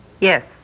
Yes